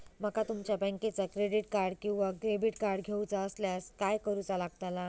माका तुमच्या बँकेचा क्रेडिट कार्ड किंवा डेबिट कार्ड घेऊचा असल्यास काय करूचा लागताला?